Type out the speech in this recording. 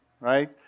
right